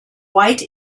white